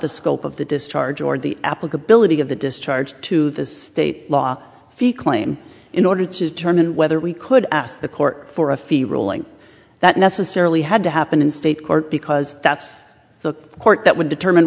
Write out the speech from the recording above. the scope of the discharge or the applicability of the discharge to the state law fee claim in order to determine whether we could ask the court for a fee ruling that necessarily had to happen in state court because that's the court that would determine